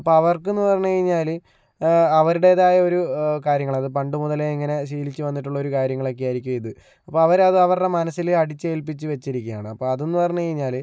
അപ്പോൾ അവർക്കെന്ന് പറഞ്ഞു കഴിഞ്ഞാല് അവരുടേതായ ഒരു കാര്യങ്ങള് അത് പണ്ടുമുതലേ ഇങ്ങനെ ശീലിച്ചു വന്നിട്ടുള്ള ഒരു കാര്യങ്ങളൊക്കെ ആയിരിക്കും ഇത് അപ്പോൾ അവരത് അവരുടെ മനസ്സില് അടിച്ചേൽപ്പിച്ചു വെച്ചിരിക്കുകയാണ് അപ്പോൾ അത് എന്ന് പറഞ്ഞു കഴിഞ്ഞാല്